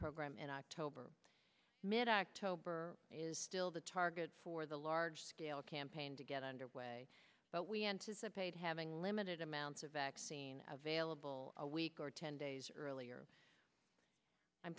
program and october mid october is still the target for the large scale campaign to get underway but we anticipate having limited amounts of vaccine available a week or ten days earlier i'm